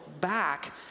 back